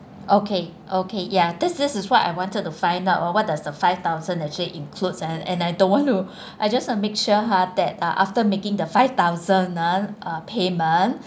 okay okay ya this this is what I wanted to find out what does the five thousand actually includes and and I don't want to I just want to make sure ha that after making the five thousand ah payment